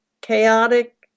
chaotic